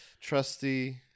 Trusty